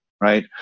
right